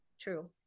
True